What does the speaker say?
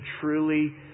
truly